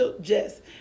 Jess